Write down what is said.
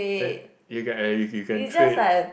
you can trade